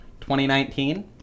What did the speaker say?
2019